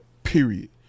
Period